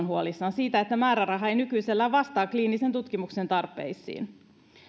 huolissaan siitä että määräraha ei nykyisellään vastaa kliinisen tutkimuksen tarpeisiin